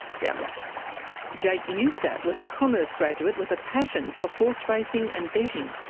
yeah um ah jake newstadt was a commerce graduate with a passion for horse racing and betting,